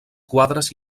quadres